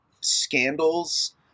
scandals